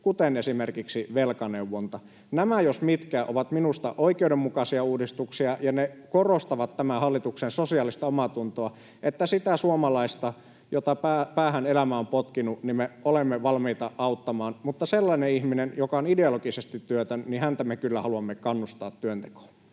kuten esimerkiksi velkaneuvontaa. Nämä jos mitkä ovat minusta oikeudenmukaisia uudistuksia, ja ne korostavat tämän hallituksen sosiaalista omaatuntoa. Sitä suomalaista, jota elämä on päähän potkinut, me olemme valmiita auttamaan, mutta sellaista ihmistä, joka on ideologisesti työtön, me kyllä haluamme kannustaa työntekoon.